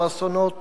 או אסונות